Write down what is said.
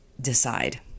decide